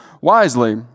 wisely